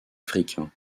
africain